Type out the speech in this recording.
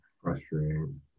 Frustrating